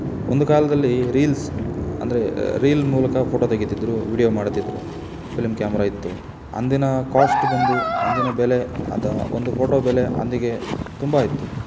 ಒಂದು ಕಾಲದಲ್ಲಿ ರೀಲ್ಸ್ ಅಂದರೆ ರೀಲ್ ಮೂಲಕ ಫೋಟೋ ತೆಗೀತಿದ್ದರು ವೀಡ್ಯೊ ಮಾಡ್ತಿದ್ದರು ಫಿಲಮ್ ಕ್ಯಾಮರ ಇತ್ತು ಅಂದಿನ ಕೋಸ್ಟ್ ಬಂದು ಅಂದಿನ ಬೆಲೆ ಅದು ಒಂದು ಫೋಟೋ ಬೆಲೆ ಅಂದಿಗೆ ತುಂಬ ಇತ್ತು